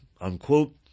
unquote